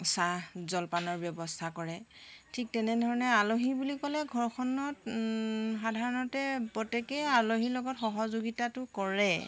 চাহ জলপানৰ ব্যৱস্থা কৰে ঠিক তেনেধৰণে আলহী বুলি ক'লে ঘৰখনত সাধাৰণতে প্ৰত্যেকেই আলহীৰ লগত সহযোগিতাটো কৰে